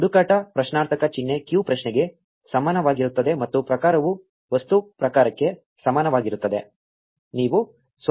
ಹುಡುಕಾಟ ಪ್ರಶ್ನಾರ್ಥಕ ಚಿಹ್ನೆ q ಪ್ರಶ್ನೆಗೆ ಸಮಾನವಾಗಿರುತ್ತದೆ ಮತ್ತು ಪ್ರಕಾರವು ವಸ್ತು ಪ್ರಕಾರಕ್ಕೆ ಸಮಾನವಾಗಿರುತ್ತದೆ